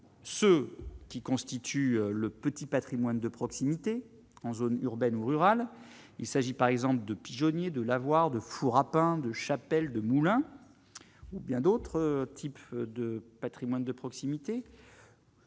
ce qui constitue le petit Patrimoine de proximité en zone urbaine ou rurale, il s'agit par exemple de pigeonniers de l'avoir de four à pain de chapelle de Moulins ou bien d'autres types de Patrimoine de proximité.